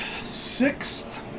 Sixth